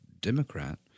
Democrat